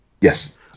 Yes